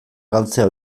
galtzea